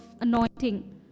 anointing